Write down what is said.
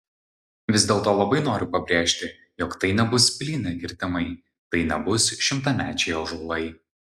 vis dėlto labai noriu pabrėžti jog tai nebus plyni kirtimai tai nebus šimtamečiai ąžuolai